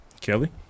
Kelly